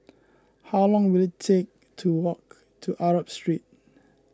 how long will it take to walk to Arab Street